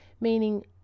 meaning